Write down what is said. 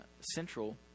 central